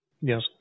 Yes